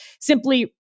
simply